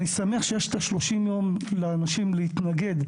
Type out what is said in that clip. אני שמח שיש 30 יום לאנשים להתנגד,